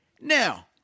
Now